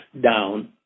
down